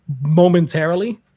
momentarily